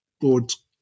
boards